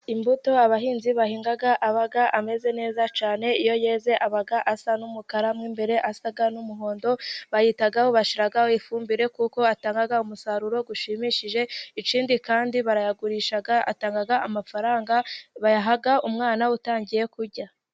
Imbuto abahinzi bahinga aba ameze neza cyane, iyo yeze aba asa n'umukara mo imbere asa n'umuhondo, bayitaho bashyiraho ifumbire kuko atanga umusaruro ushimishije, ikindi kandi barayagurisha atanga amafaranga, bayaha umwana utangiye kurya.